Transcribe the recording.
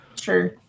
sure